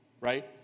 right